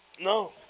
No